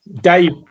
Dave